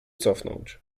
cofnąć